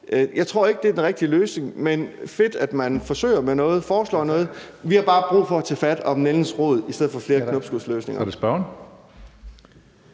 Jeg tror ikke, at det er den rigtige løsning, men det er fedt, at man forsøger sig med noget og foreslår noget. Vi har bare brug for at tage fat om nældens rod i stedet for at lave flere knopskudsløsninger.